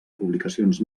publicacions